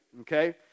okay